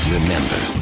Remember